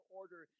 order